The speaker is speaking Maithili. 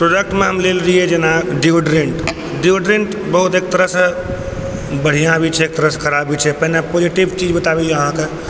तुरत मे हम लेल रहिये हम जेना डेओड्रेन्ट डेओड्रेन्ट बहुत एक तरह सँ बढ़िऑं भी छै प्लस ख़राब भी छै पहिने पॉजिटिव चीज बताबैया अहाँके